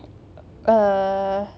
err